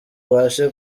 abashe